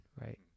right